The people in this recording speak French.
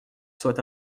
soit